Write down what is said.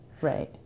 Right